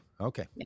Okay